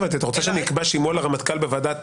אתה רוצה שאני אקבע שימוע לרמטכ"ל בוועדת